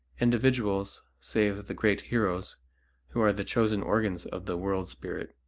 individuals, save the great heroes who are the chosen organs of the world-spirit,